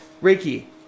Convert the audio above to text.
Ricky